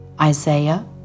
Isaiah